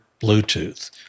Bluetooth